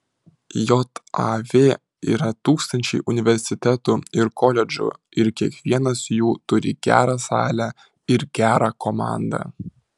jav yra tūkstančiai universitetų ir koledžų ir kiekvienas jų turi gerą salę ir gerą komandą